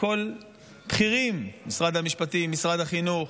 כל הבכירים, משרד המשפטים, משרד החינוך,